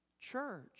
Church